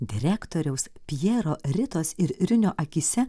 direktoriaus pjero ritos ir rinio akyse